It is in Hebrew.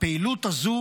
הפעילות הזאת